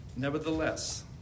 nevertheless